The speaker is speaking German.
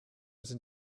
sind